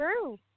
true